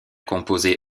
composé